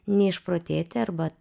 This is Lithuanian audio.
neišprotėti arba